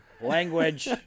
Language